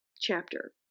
chapter